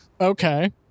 Okay